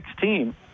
team